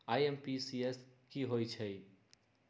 IMPS की होईछइ?